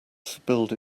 spilled